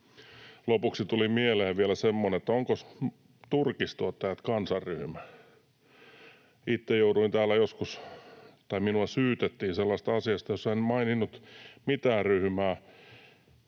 Lopuksi tuli mieleen vielä semmoinen, että ovatkos turkistuottajat kansanryhmä. Itseäni täällä joskus syytettiin sellaisesta asiasta, jossa en maininnut mitään ryhmää,